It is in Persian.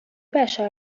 بشر